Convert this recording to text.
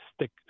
stick